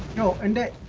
know and